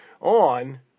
on